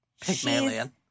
Pygmalion